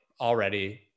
already